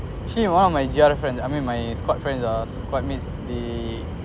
actually one of my the other friend I mean my smart friends ah smart means they